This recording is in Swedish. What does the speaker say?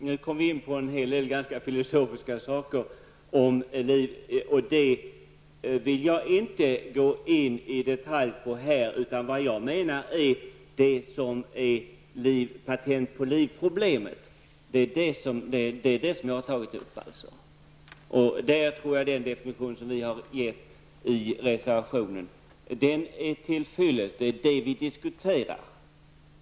Herr talman! Vi kommer nu in på ett ganska filosofiskt resonemang om liv. Men jag vill inte gå in på några detaljer i det avseendet. Vad jag avser är, skulle jag vilja säga, patent-på-livproblemet. Det är det som jag har tagit upp här. Jag tror att definitionen i miljöpartiets reservation är till fyllest. Den gäller ju vad vi nu diskuterar.